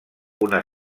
una